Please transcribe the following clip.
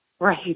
Right